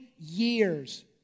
years